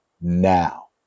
now